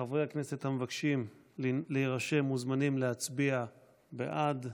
חברי הכנסת המבקשים להירשם מוזמנים להצביע בעד.